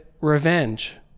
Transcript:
revenge